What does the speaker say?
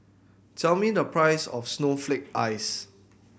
tell me the price of snowflake ice